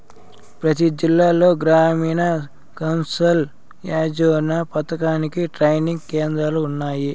ప్రతి జిల్లాలో గ్రామీణ్ కౌసల్ యోజన పథకానికి ట్రైనింగ్ కేంద్రాలు ఉన్నాయి